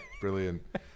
Brilliant